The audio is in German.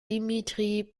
dimitri